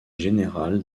générale